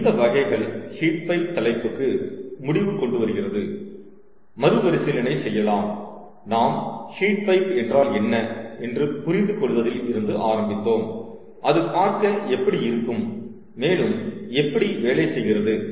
ஆகையால் இந்த வகைகள் ஹீட் பைப் தலைப்புக்கு முடிவு கொண்டு வருகிறது மறுபரிசீலனை செய்யலாம் நாம்ஹீட் பைப் என்றால் என்ன என்று புரிந்து கொள்வதில் இருந்து ஆரம்பித்தோம் அது பார்க்க எப்படி இருக்கும் மேலும் எப்படி வேலை செய்கிறது